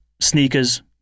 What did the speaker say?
sneakers